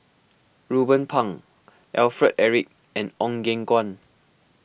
Ruben Pang Alfred Eric and Ong Eng Guan